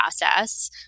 process